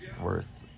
worth